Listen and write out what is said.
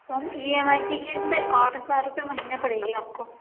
ma'am E M I کی قسط پہ آٹھ ہزار روپے مہینے پڑے گی آپ کو